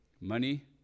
Money